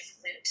flute